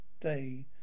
day